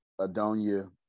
Adonia